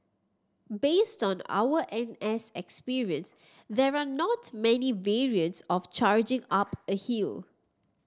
based on our N S experience there are not many variants of charging up a hill